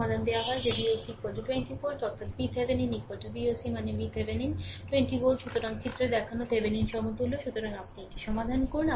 সমাধান দেওয়া হয় যে Voc 20 ভোল্ট অর্থাৎ VThevenin Voc মানে VThevenin 20 ভোল্ট সুতরাং চিত্রে দেখানো Thevenin সমতুল্য সুতরাং এটি আপনি এটি সমাধান করুন